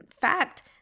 fact